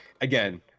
again